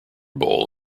bowl